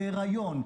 בהיריון,